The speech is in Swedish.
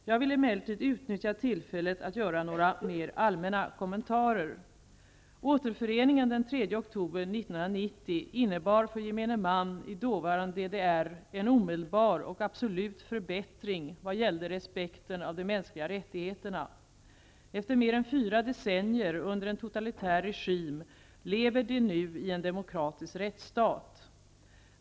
Jag vill emellertid utnyttja tillfället att göra några mer allmänna kommentarer: Återföreningen den 3 oktober 1990 innebar för gemene man i dåvarande DDR en omedelbar och absolut förbättring vad gällde respekten för de mänskliga rättigheterna. Efter mer än fyra decennier under en totalitär regim, lever de nu i en demokratisk rättsstat.